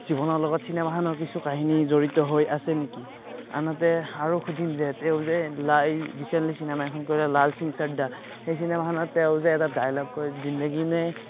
জীৱনৰ লগত চিনেমাখনৰ কিছু কাহিনী জড়িত হৈ আছে নেকি আনহাতে আৰু সুধিম যে তেওঁ যে লাই ৰিচেণ্টলি চিনেমা এখন কৰিলে লাল সিং চদ্দা সেই চিনেমাখনত তেওঁ যে এটা ডাইলগ কয় জিন্দেগী মে